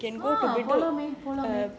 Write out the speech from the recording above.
ah follow me follow me